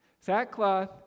Sackcloth